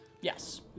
Yes